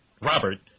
Robert